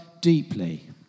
deeply